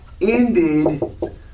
ended